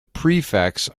prefects